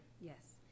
yes